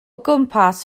gwmpas